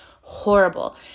horrible